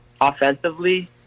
offensively